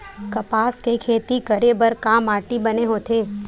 कपास के खेती करे बर का माटी बने होथे?